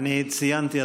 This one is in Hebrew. אני ציינתי,